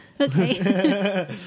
Okay